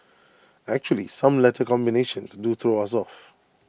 actually some letter combinations do throw us off